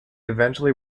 eventually